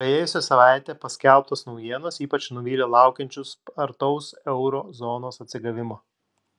praėjusią savaitę paskelbtos naujienos ypač nuvylė laukiančius spartaus euro zonos atsigavimo